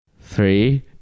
Three